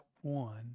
one